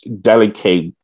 delicate